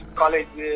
college